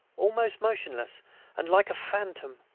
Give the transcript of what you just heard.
almost motionless and like a phantom.